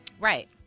Right